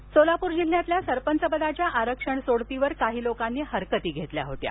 आरक्षण सोडत सोलापूर जिल्ह्यातील सरपंचपदाच्या आरक्षण सोडतीवर काही लोकांनी हरकती घेतल्या होत्या